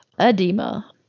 edema